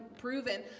proven